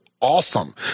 awesome